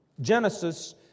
Genesis